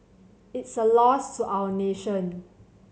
it's a loss to our nation